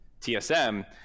TSM